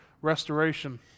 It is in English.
restoration